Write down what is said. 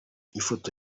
ifoto